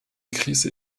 krise